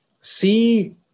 see